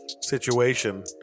Situation